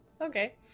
okay